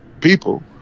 people